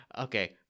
Okay